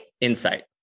insight